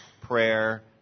prayer